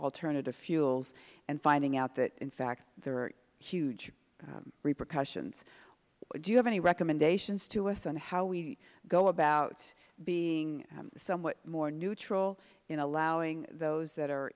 alternative fuels and finding out that in fact there are huge repercussions do you have any recommendations to us on how we go about being somewhat more neutral in allowing those that are